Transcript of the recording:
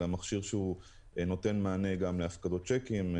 זה מכשיר שנותן מענה להפקדות צ'קים,